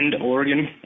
Oregon